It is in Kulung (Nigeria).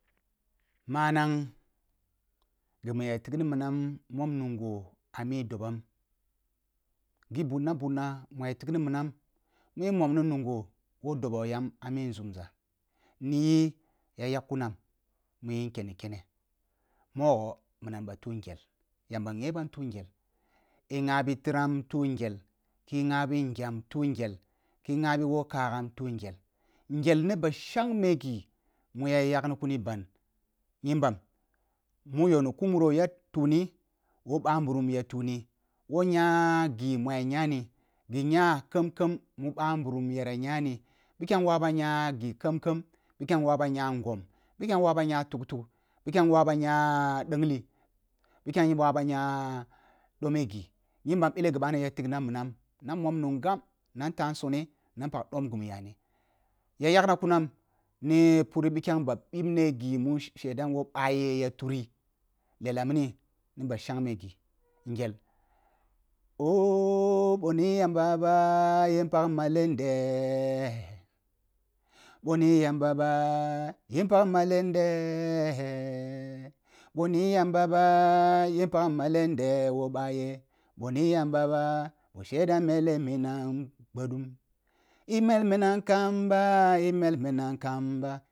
Manang ghi mu ya tigai minam mom nungho ah mi dobam ghi bunabuna mu ya tigni minam ni momna nungho wou dobo yam ami nzunza ni yi ya yak kuna m mi in ken ni kene mogho minam ni be tuh ngel yamba nghe bam tuh ngel i ngha bi titram tuh ngel ki ngha bi nghem tuh ngel ki ngha bi woh kagam tuh ngel, ngel ni ba shangne ghi mu ya yakri kuni ban nyinbam mu yoh ni ku muro ya tinu moh bah nburum ya tuni woj nya ghi mu ya nyani gh nya kam-kam mu bah nburum yara nyani biken ulaba nya ghi kan-kam biken waba nya nguwan bikon waba nya tugtug bike wa ba nya ɗagli biken wa ba nya done ghi nyimba bele ghi ban ya tigna minam na mom nungham nan tah nsone na npak jom ghi mu yani, ya yakna kumam ni pur bikye ba bibne ghi mu she-shedan woh ba yeh ya turi lela mini ni ba shangme ghi ngel ooh boh ni yamba ba yin pag malen ɗe-boh ni yamba ɓa yin pag malen ɗe – boh ni yamba ba yin pag malen da woh bah je boh ni yamba ba boh shedan mele minam gbadum i mel minam kam ba-i mel minam kam ba.